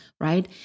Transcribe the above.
right